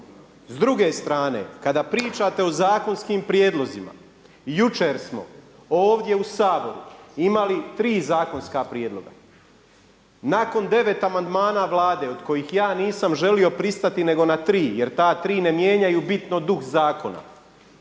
S druge strane, kada pričate o zakonskim prijedlozima, jučer smo ovdje u Saboru imali tri zakonska prijedloga. Nakon 9 amandmana Vlade od kojih ja nisam želio pristati nego na tri jer ta 3 ne mijenjaju bitno duh zakona,